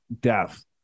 death